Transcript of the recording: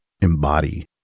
embody